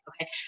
Okay